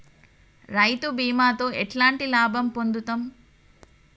రైతు బీమాతో ఎట్లాంటి లాభం పొందుతం?